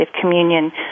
communion